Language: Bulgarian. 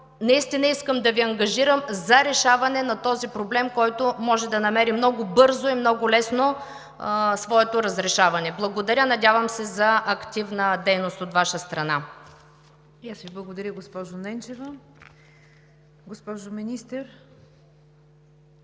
което искам да Ви ангажирам за решаване на този проблем, който може да намери много бързо и много лесно своето разрешаване. Благодаря! Надявам се за активна дейност от Ваша страна.